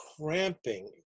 cramping